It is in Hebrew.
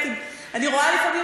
אני רואה לפעמים,